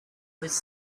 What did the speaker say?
was